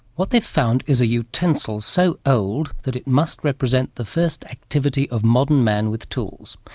what they've found is a utensil so old that it must represent the first activity of modern man with tools,